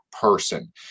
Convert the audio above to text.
person